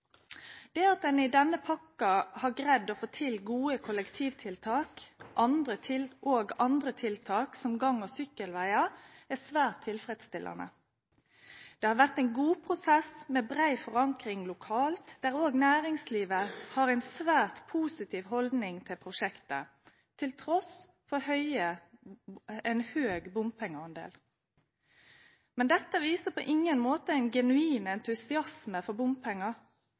Det at en i denne pakken har greid å få til gode kollektivtiltak og andre tiltak, som gang- og sykkelveier, er svært tilfredsstillende. Det har vært en god prosess med bred forankring lokalt, der også næringslivet har en svært positiv holdning til prosjektet, til tross for høy bompengeandel. Men dette viser på ingen måte en genuin entusiasme for bompenger,